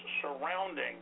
surrounding